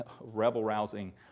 rebel-rousing